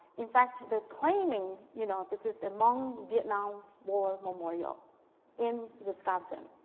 in fact, they're claiming you know, this is the hmong vietnam war memorial in wisconsin.